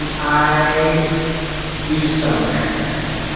um i do somewhere, yeah.